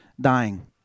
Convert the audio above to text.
dying